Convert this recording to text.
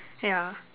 ya